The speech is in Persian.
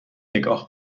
نگاه